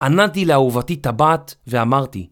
ענדתי לאהובתי טבעת ואמרתי